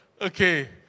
okay